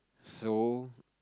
so